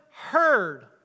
heard